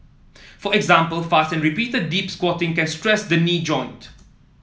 for example fast and repeated deep squatting can stress the knee joint